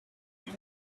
you